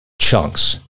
chunks